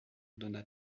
donna